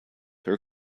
her